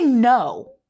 no